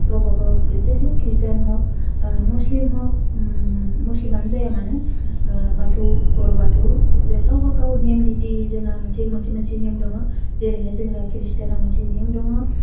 गावबा गाव जेरै खृष्टान हग मुस्लिम हग ओम मुस्लिमानो जाया मानो ओह बाथौ बर' बाथौ बे जे गावबा गाव नेम निथि जोंहा मोनसे मोनसे मोनसे नेम दङ जेरैहाय जों दा खृष्टानाव मोनसे नेम दङ